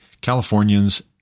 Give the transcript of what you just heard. Californians